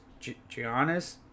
Giannis